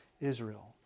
Israel